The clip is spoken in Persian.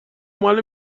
مال